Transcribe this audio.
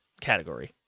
category